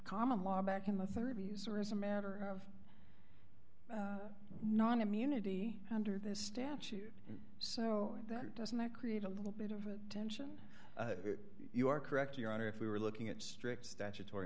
common law back in the thirty's or as a matter of non immunity under this statute so that doesn't that create a little bit of a tension you are correct your honor if we were looking at strict statutory